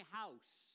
house